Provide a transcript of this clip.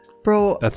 Bro